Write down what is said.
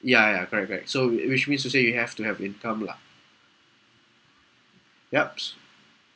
ya ya correct correct so it which means to say you have to have income lah yup